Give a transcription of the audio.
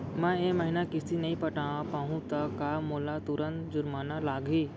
मैं ए महीना किस्ती नई पटा पाहू त का मोला तुरंत जुर्माना लागही?